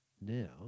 now